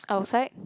outside